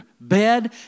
bed